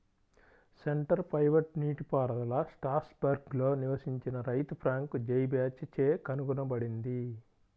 centre pivot నీటిపారుదల స్ట్రాస్బర్గ్లో నివసించిన రైతు ఫ్రాంక్ జైబాచ్ చే కనుగొనబడింది